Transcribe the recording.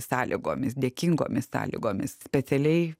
sąlygomis dėkingomis sąlygomis specialiai